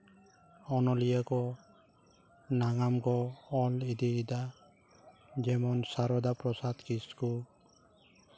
ᱚᱱᱚᱞᱤᱭᱟᱹ ᱠᱚ ᱱᱟᱜᱟᱢ ᱠᱚ ᱚᱞ ᱤᱫᱤᱭᱮᱫᱟ ᱡᱮᱢᱚᱱ ᱥᱟᱨᱚᱫᱟ ᱯᱨᱚᱥᱟᱫᱽ ᱠᱤᱥᱠᱩ